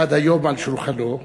עד היום על שולחנו,